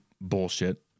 bullshit